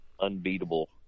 unbeatable